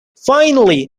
finally